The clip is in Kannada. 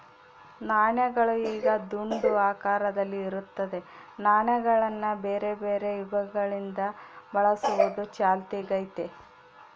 ನಾಣ್ಯಗಳು ಈಗ ದುಂಡು ಆಕಾರದಲ್ಲಿ ಇರುತ್ತದೆ, ನಾಣ್ಯಗಳನ್ನ ಬೇರೆಬೇರೆ ಯುಗಗಳಿಂದ ಬಳಸುವುದು ಚಾಲ್ತಿಗೈತೆ